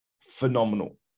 phenomenal